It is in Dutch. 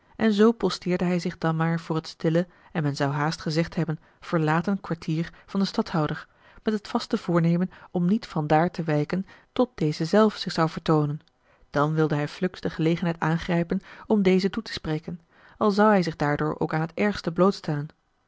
en zoo posteerde hij zich dan maar voor het stille en men zou haast gezegd hebben verlaten kwartier van den stadhouder met het vaste voornemen om niet van daar te wijken tot deze zelf zich zou vertoonen dan wilde hij fluks de gelegenheid aangrijpen om dezen toe te spreken al zou hij zich daardoor ook aan het ergste